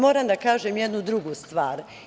Moram da kažem jednu drugu stvar.